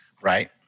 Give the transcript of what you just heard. Right